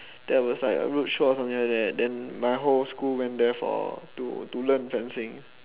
there was like a roadshow or something like then my whole school went there for to to learn fencing